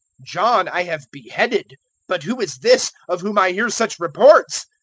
john i have beheaded but who is this, of whom i hear such reports?